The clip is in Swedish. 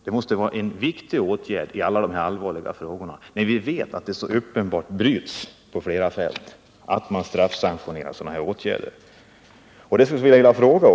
Det måste vara en riktig åtgärd att göra det, eftersom vi vet att man öppet bryter mot anvisningarna i alla dessa allvarliga frågor.